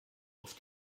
auf